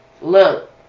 look